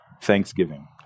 thanksgiving